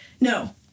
no